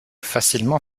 facilement